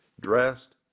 dressed